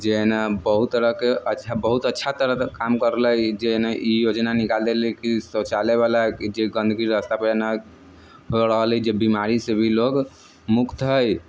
जे हइ न बहुत तरहके अच्छा बहुत अच्छा तरहके काम करले जे न ई योजना निकालि देले कि शौचालयवला कि जे गन्दगी रास्तापर न भऽ रहल हइ जे बिमारीसँ भी लोक मुक्त हइ